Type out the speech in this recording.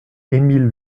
emile